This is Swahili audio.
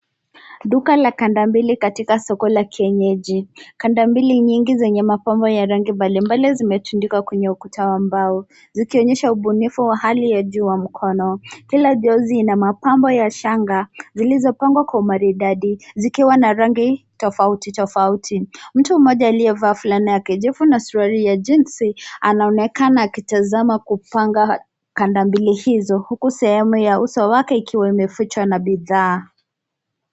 Duka la kanda mbili katika soko la kienyeji, kanda mbili nyingi zenye mapambo ya rangi mbalimbali zimetundikwa kwenye ukuta wa mbao. Zikionyesha ubunifu wa hali ya juu wa mkono. Kila jozi na mapambo ya shanga zilizopangwa kwa umaridadi zikiwa na rangi tofauti tofauti. Mtu mmoja aliyevaa fulana ya kijivu na suruali ya jeans anaonekana akitazama kupanga kanda mbili hizo. Huku sehemu ya uso wake ikiwa imefichwa na bidhaa.